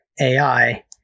AI